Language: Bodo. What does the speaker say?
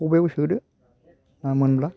ख'बाइयाव सोदो ना मोनब्ला